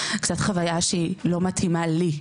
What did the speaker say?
קצת חוויה שהיא לא מתאימה לי,